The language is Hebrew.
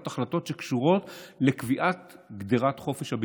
החלטות שקשורות בקביעת גדר חופש הביטוי.